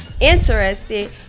interested